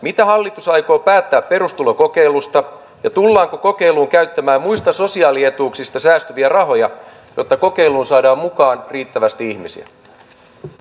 mitä hallitus aikoo päättää perustulokokeilusta ja tullaanko kokeiluun käyttämään muista sosiaalietuuksista säästyviä rahoja jotta kokeiluun saadaan mukaan riittävästi ihmisiä